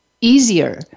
easier